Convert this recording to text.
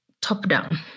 top-down